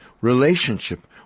relationship